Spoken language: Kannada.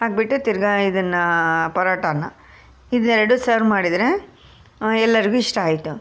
ಹಾಕಿಬಿಟ್ಟು ತಿರ್ಗಿ ಇದನ್ನು ಪರೋಟವನ್ನು ಇದೆರಡು ಸರ್ವ್ ಮಾಡಿದರೆ ಎಲ್ಲರಿಗೂ ಇಷ್ಟ ಆಯಿತು